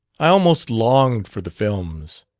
i almost longed for the films.